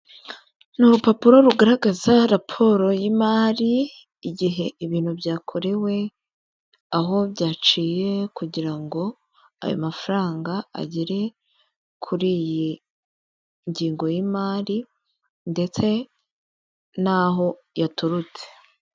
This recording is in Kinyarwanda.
Ni urupapuro rugaragaza raporo y'imari, igihe ibintu byakorewe, aho byaciye kugira ngo ayo mafaranga agere kuri iyi ngengo y'imari ndetse n'aho yaturutse.